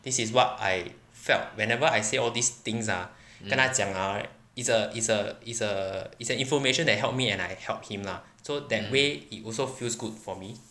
this is what I felt whenever I say all these things ah 跟他讲 right is a is a is a is an information that helped me and I help him lah so that way it also feels good for me